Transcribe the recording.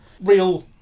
real